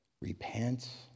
repent